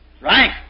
Right